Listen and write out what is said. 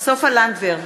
סופה לנדבר,